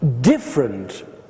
different